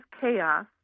chaos